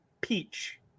Peach